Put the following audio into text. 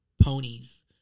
Ponies